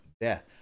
death